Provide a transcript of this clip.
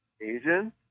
Asian